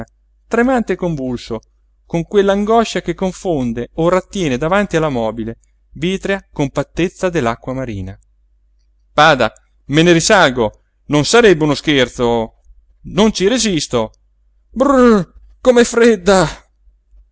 tremante e convulso con quell'angoscia che confonde o rattiene davanti alla mobile vitrea compattezza dell'acqua marina bada me ne risalgo non sarebbe uno scherzo non ci resisto brrr com'è fredda